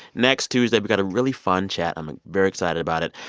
next tuesday, we've got a really fun chat. i'm very excited about it.